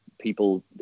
people